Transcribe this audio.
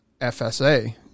FSA